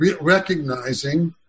recognizing